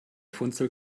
funzel